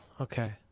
Okay